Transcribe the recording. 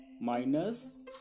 minus